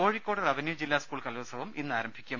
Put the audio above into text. കോഴിക്കോട് റവന്യൂജില്ലാ സ്കൂൾ കലോത്സവം ഇന്ന് ആരംഭിക്കും